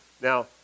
Now